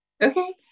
Okay